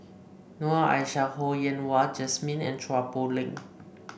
Noor Aishah Ho Yen Wah Jesmine and Chua Poh Leng